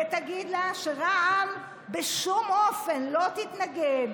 ותגיד לה שרע"מ בשום אופן לא תתנגד